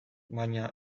baina